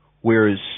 Whereas